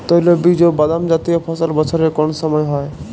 তৈলবীজ ও বাদামজাতীয় ফসল বছরের কোন সময় হয়?